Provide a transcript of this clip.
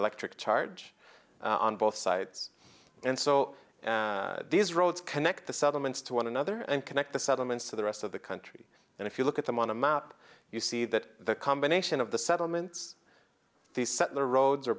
electric charge on both sides and so these roads connect the settlements to one another and connect the settlements to the rest of the country and if you look at them on a map you see that the combination of the settlements the settler roads are